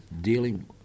dealing